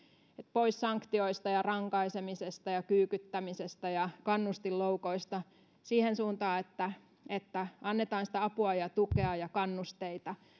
pois sanktioista ja rankaisemisesta ja kyykyttämisestä ja kannustinloukoista siihen suuntaan että että annetaan sitä apua ja tukea ja kannusteita